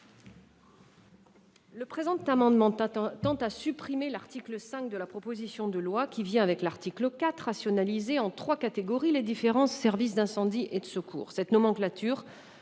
Le présent amendement tend à supprimer l'article 5 de la proposition de loi, qui permet, avec l'article 4, de rationaliser en trois catégories les différents services d'incendie et de secours.